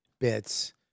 bits